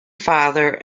father